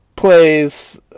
plays